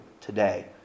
today